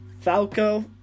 Falco